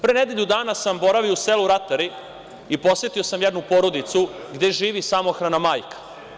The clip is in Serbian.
Pre nedelju dana sam boravio u selu Ratari i posetio sam jednu porodicu gde živi samohrana majka.